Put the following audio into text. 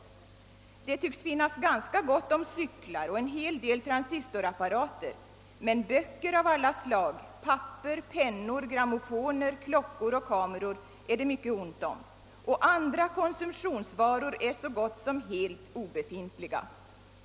Det tycks finnas ganska gott om cyklar och en hel del transistorapparater, men böcker av alla slag, papper, pennor, grammofoner, klockor och kameror är det mycket ont om, och andra konsumtionsvaror är så gott som helt obefintliga.